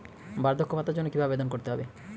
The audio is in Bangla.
বার্ধক্য ভাতার জন্য কিভাবে আবেদন করতে হয়?